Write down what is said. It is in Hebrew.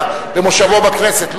במושבו בכנסת,